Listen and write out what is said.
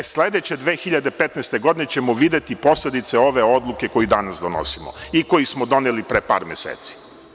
Tek sledeće 2015. godine ćemo videti posledice ove odluke koju danas donosimo i koju smo doneli pre par meseci.